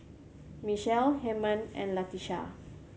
Michelle Hymen and Latesha